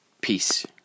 Peace